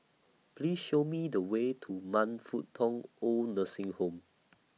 Please Show Me The Way to Man Fut Tong Oid Nursing Home